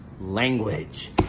language